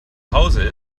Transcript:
hause